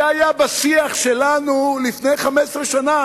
זה היה בשיח שלנו לפני 15 שנה.